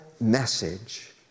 message